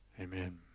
Amen